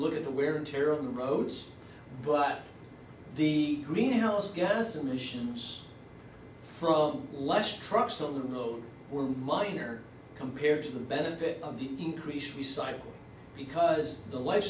look at the wear and tear on the roads but the greenhouse gas emissions from less trucks on the road were minor compared to the benefit of the increased recycle because the life